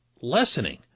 lessening